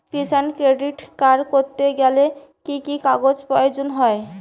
কিষান credit card করতে গেলে কি কি কাগজ প্রয়োজন হয়?